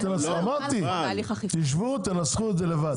אמרתי תשבו תנסחו את זה לבד,